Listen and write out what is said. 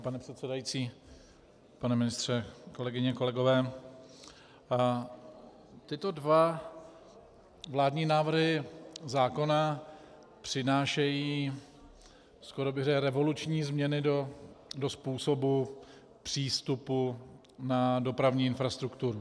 Pane předsedající, pane ministře, kolegyně a kolegové, tyto dva vládní návrhy zákona přinášejí skoro bych řekl revoluční změny do způsobu přístupu na dopravní infrastrukturu.